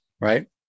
right